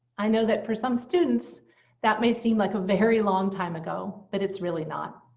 i know that for some students that may seem like a very long time ago. but it's really not.